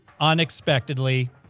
Unexpectedly